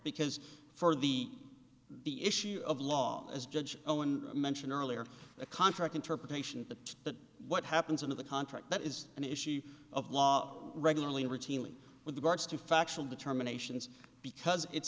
because for the the issue of law as judge owen mentioned earlier the contract interpretation of that what happens in the contract that is an issue of law regularly routinely with regards to factual determinations because it's